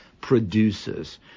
produces